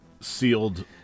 sealed